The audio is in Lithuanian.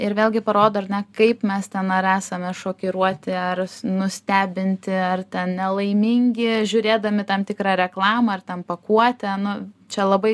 ir vėlgi parodo ar na kaip mes ten ar esame šokiruoti ar nustebinti ar ten nelaimingi žiūrėdami tam tikrą reklamą ar ten pakuotę nu čia labai